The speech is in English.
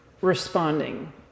responding